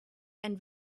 and